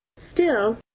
still,